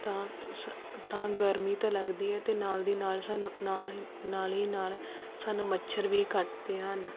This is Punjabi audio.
ਤਾਂ ਸ ਤਾਂ ਗਰਮੀ ਤਾਂ ਲੱਗਦੀ ਹੈ ਅਤੇ ਨਾਲ ਦੀ ਨਾਲ ਸਾਨੂੰ ਨਾਲ ਹੀ ਨਾਲ ਹੀ ਨਾਲ ਸਾਨੂੰ ਮੱਛਰ ਵੀ ਕੱਟਦੇ ਹਨ